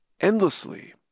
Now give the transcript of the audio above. endlessly